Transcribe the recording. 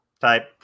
type